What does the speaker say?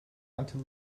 until